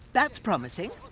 that's promising.